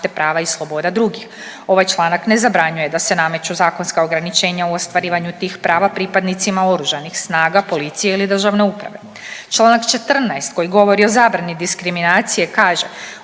Čl. 14. koji govori o zabrani diskriminacije kaže,